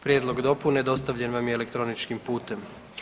Prijedlog dopune dostavljen vam je elektroničkim putem.